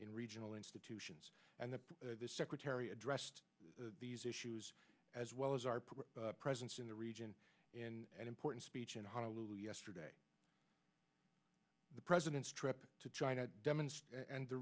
in regional institutions and the secretary addressed these issues as well as our presence in the region in an important speech in honolulu yesterday the president's trip to china demonstrate and the